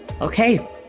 okay